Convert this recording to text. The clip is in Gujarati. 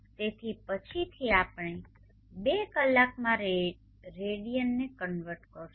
તેથી પછીથી આપણે બે કલાકમાં રેડિયનને કન્વર્ટ કરીશું